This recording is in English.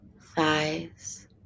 thighs